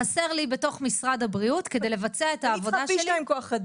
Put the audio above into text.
חסר לי בתוך משרד הבריאות כדי לבצע את העבודה שלי.